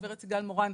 גב' סיגל מורן,